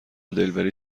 دلبری